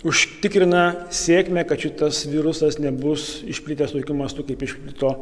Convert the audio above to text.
užtikrina sėkmę kad šitas virusas nebus išplitęs tokiu mastu kaip išplito